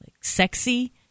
sexy